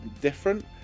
different